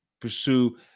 pursue